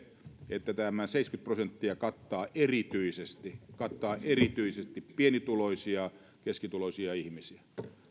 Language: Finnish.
että tämä seitsemänkymmentä prosenttia kattaa erityisesti kattaa erityisesti pienituloisia ja keskituloisia ihmisiä eli